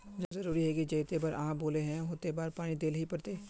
जरूरी है की जयते बार आहाँ बोले है होते बार पानी देल ही पड़ते?